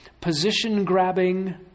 position-grabbing